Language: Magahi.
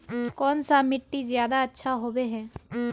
कौन सा मिट्टी ज्यादा अच्छा होबे है?